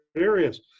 areas